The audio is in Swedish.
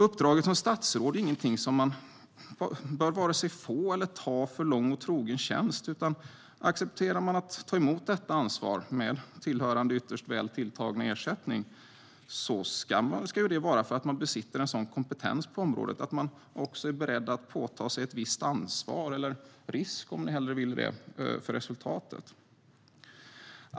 Uppdraget som statsråd är ingenting som man bör vare sig få eller ta för lång och trogen tjänst, utan om man accepterar att ta emot detta ansvar, med tillhörande ytterst väl tilltagna ersättning, ska det vara för att man besitter sådan kompetens på området att man också är beredd att påta sig ett visst ansvar, eller risk om ni hellre vill, för resultatet.